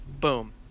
Boom